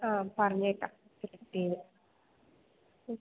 ആ പറഞ്ഞേക്കാം കിട്ടിയെന്ന് ഓക്കെ